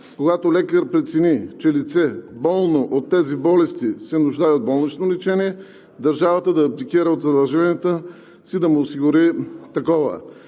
когато лекар прецени, че лице, болно от тези болести, се нуждае от болнично лечение, държавата да абдикира от задълженията си да му осигури такова.